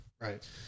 Right